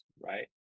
right